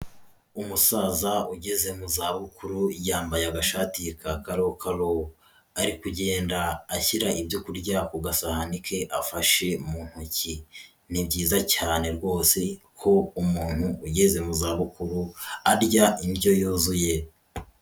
Umusaza ugeze mu zabukuru yambaye agashati ka karokaro. Ari kugenda ashyiraho ibyo kurya ku gasahani ke afashe mu ntoki. Ni byiza cyane rwose ko umuntu ugeze mu zabukuru arya indyo yuzuye.